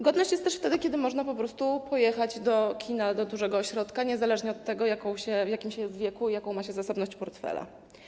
Godność jest też wtedy, kiedy można po prostu pojechać do kina do dużego ośrodka niezależnie od tego, w jakim się jest wieku i jaką ma się zasobność portfela.